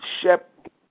Shep